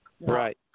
Right